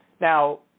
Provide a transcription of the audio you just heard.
Now